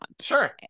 sure